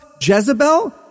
Jezebel